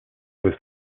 was